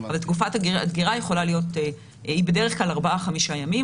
תקופת הדגירה היא בדרך כלל ארבעה-חמישה ימים,